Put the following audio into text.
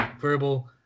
verbal